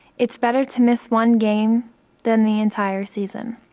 it's better to miss one game than the entire season.